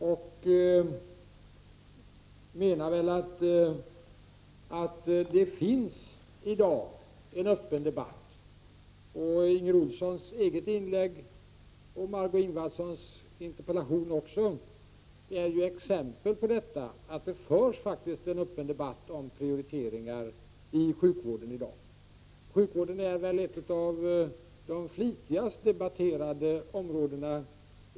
Det finns i dag en öppen debatt, och Inger Olssons inlägg och även Margö Ingvardssons interpellation är exempel på att det faktiskt förs en öppen debatt om prioriteringar inom sjukvården. Sjukvården är över huvud taget ett av de flitigast debatterade områdena.